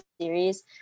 series